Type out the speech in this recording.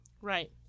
Right